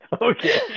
Okay